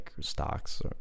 stocks